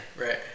Right